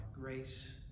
grace